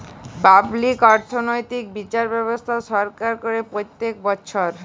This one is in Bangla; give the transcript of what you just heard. পাবলিক অর্থনৈতিক্যে বিচার ব্যবস্থা সরকার করে প্রত্যক বচ্ছর